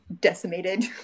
decimated